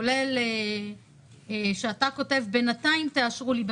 כולל כשאתה אומר: "בינתיים תאשרו לי".